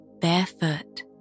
Barefoot